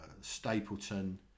stapleton